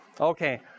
okay